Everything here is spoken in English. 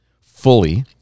fully